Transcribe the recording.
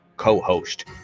Co-host